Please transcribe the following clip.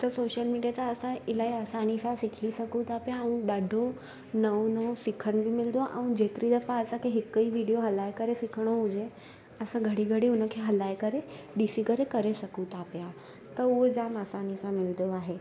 त social media ते असां इलाही आसानी सां सिखी सघूं था पिया ऐं ॾाढो नओं नओं सिखण बि मिलंदो आहे ऐं जेतिरी दफ़ा असांखे हिक ई वीडिओ हलाए करे सिखिणो हुजे असां घड़ी घड़ी हुनखे हलाए करे ॾिसी करे करे सघूं था पिया त उहो जाम आसानी सां मिलंदो आहे